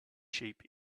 sheep